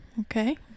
Okay